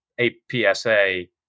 APSA